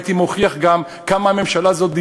הייתי מוכיח גם עד כמה הממשלה הזאת,